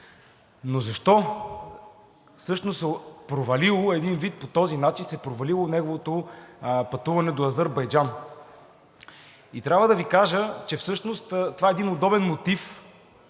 Но защо всъщност се е провалило – един вид по този начин се провалило неговото пътуване до Азербайджан. Трябва да Ви кажа, че всъщност това е един удобен мотив